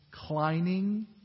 declining